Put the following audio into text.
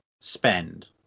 spend